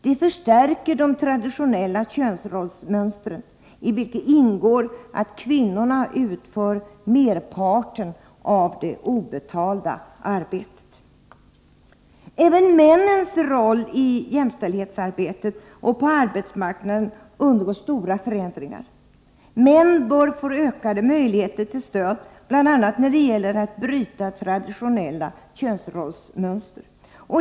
Det förstärker de traditionella könsrollsmönstren, i vilka ingår att kvinnorna utför merparten av det obetalda arbetet. Även männens roll i jämställdhetsarbetet och på arbetsmarknaden undergår stora förändringar. Män bör få ökade möjligheter till stöd bl.a. när det gäller att bryta traditionella könsrollsmönster.